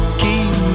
keep